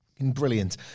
brilliant